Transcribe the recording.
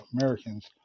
Americans